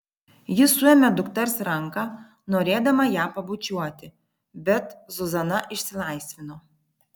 ji suėmė dukters ranką norėdama ją pabučiuoti bet zuzana išsilaisvino